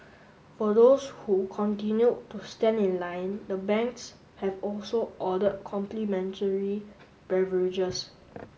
for those who continued to stand in line the banks have also ordered complimentary beverages